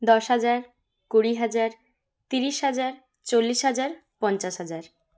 দশ হাজার কুড়ি হাজার তিরিশ হাজার চল্লিশ হাজার পঞ্চাশ হাজার